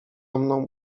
mną